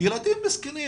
ילדים מסכנים.